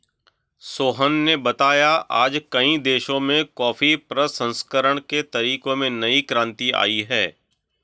सोहन ने बताया आज कई देशों में कॉफी प्रसंस्करण के तरीकों में नई क्रांति आई है